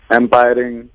empiring